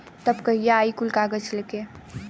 तब कहिया आई कुल कागज़ लेके?